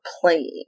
playing